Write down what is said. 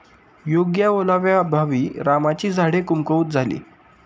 योग्य ओलाव्याअभावी रामाची झाडे कमकुवत झाली